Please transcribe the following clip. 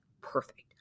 perfect